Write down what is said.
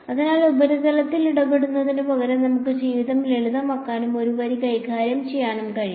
അതിനാൽ ഉപരിതലത്തിൽ ഇടപെടുന്നതിനുപകരം നമുക്ക് ജീവിതം ലളിതമാക്കാനും ഒരു വരി കൈകാര്യം ചെയ്യാനും കഴിയും